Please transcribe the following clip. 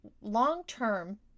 long-term